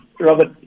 Robert